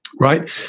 right